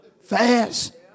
fast